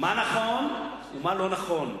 מה נכון ומה לא נכון.